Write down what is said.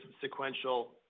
sequential